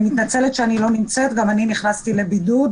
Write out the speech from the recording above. אני מתנצלת שאני לא נמצאת, גם אני נכנסתי לבידוד.